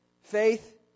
Faith